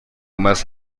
must